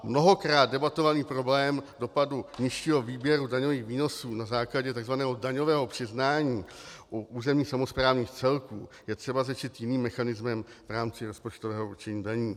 Mnohokrát debatovaný problém dopadu nižšího výběru daňových výnosů na základě tzv. daňového přiznání u územních samosprávných celků je třeba řešit jiným mechanismem v rámci rozpočtového určení daní.